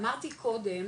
אמרתי קודם